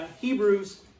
Hebrews